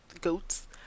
goats